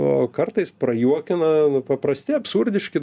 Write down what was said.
o kartais prajuokina nu paprasti absurdiški